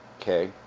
Okay